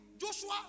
Joshua